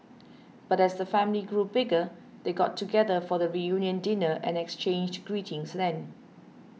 but as the family grew bigger they got together for the reunion dinner and exchanged greetings then